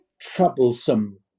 troublesome